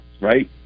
right